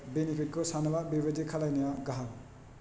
बेनिफितखौ सानोबा बे बायदि खालायनाया गाहाम